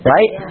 Right